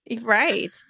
Right